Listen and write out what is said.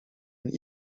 een